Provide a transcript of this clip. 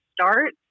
start